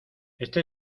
éste